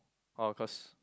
oh cause